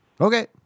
Okay